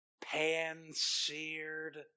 pan-seared